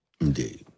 Indeed